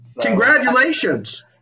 Congratulations